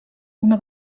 una